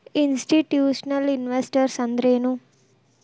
Institutional investors ಅಂದ್ರೇನು?